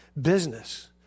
business